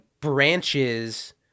branches –